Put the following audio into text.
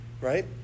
Right